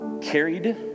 Carried